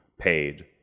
paid